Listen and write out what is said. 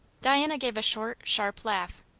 diana gave a short, sharp laugh.